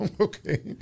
okay